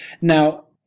Now